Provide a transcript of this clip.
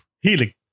Healing